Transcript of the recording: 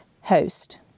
host